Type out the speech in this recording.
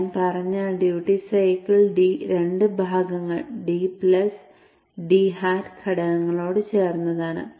ഞാൻ പറഞ്ഞാൽ duty cycle d രണ്ട് ഭാഗങ്ങൾ d പ്ലസ് d hat ഘടകങ്ങളോട് ചേർന്നതാണ്